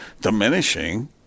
diminishing